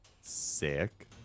Sick